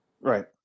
Right